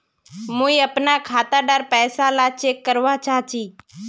मुई अपना खाता डार पैसा ला चेक करवा चाहची?